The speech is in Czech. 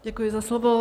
Děkuji za slovo.